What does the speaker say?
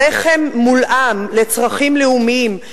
הרחם מולאם לצרכים לאומיים,